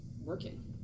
working